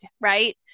right